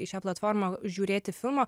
į šią platformą žiūrėti filmo